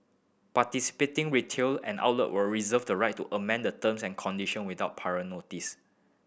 participating retail and outlet will reserve the right to amend the terms and condition without prior notice